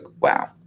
wow